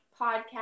podcast